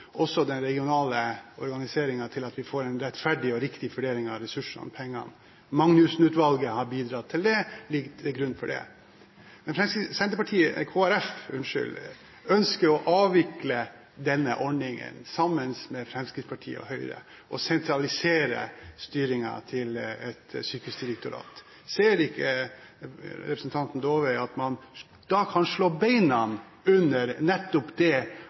også den regionale organiseringen til at vi får en rettferdig og riktig fordeling av ressursene, pengene. Magnussen-utvalget har bidratt til det, og det ligger til grunn. Kristelig Folkeparti ønsker å avvikle denne ordningen, sammen med Fremskrittspartiet og Høyre, og sentralisere styringen til et sykehusdirektorat. Ser ikke representanten Dåvøy at man da kan slå beina under nettopp det